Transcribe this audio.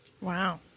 Wow